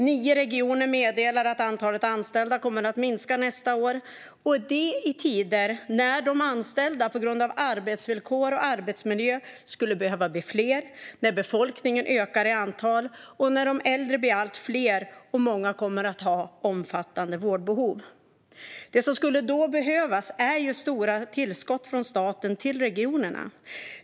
Nio regioner meddelar att antalet anställda kommer att minska nästa år, och detta i tider när de anställda på grund av arbetsvillkor och arbetsmiljö skulle behöva bli fler, när befolkningen ökar i antal och när de äldre blir allt fler och många kommer att ha omfattande vårdbehov. Det som skulle behövas är stora tillskott från staten till regionerna.